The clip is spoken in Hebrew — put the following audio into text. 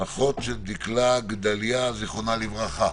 אחות של דקלה גדליה ז"ל, בבקשה.